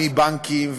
בנקים,